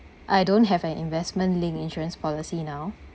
I don't have an investment linked insurance policy now